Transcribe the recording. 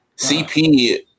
CP